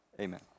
Amen